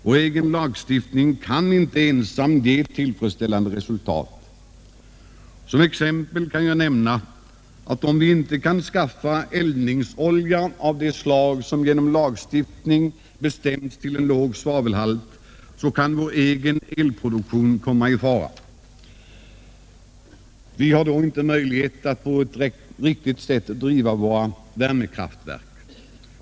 Vår egen lagstiftning kan inte ensam ge tillfredsställande resultat. Som exempel kan jag nämna att om vi inte kan skaffa eldningsolja av det slag som genom lagstiftning bestäms till en låg svavelhalt, så kan vår egen elproduktion komma i fara. Vi har då inte möjlighet att på ett riktigt sätt driva våra värmekraftverk.